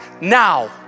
now